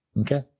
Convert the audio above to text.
okay